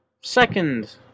second